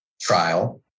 trial